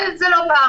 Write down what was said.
זה לא אירוע